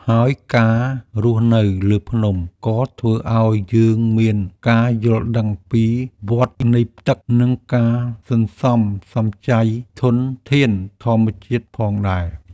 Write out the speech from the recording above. ហើយការរស់នៅលើភ្នំ ក៏ធ្វើឲ្យយើងមានការយល់ដឹងពីវដ្តនៃទឹក និងការសន្សំសំចៃធនធានធម្មជាតិផងដែរ។